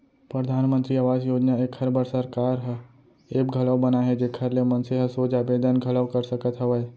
परधानमंतरी आवास योजना एखर बर सरकार ह ऐप घलौ बनाए हे जेखर ले मनसे ह सोझ आबेदन घलौ कर सकत हवय